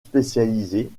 spécialisée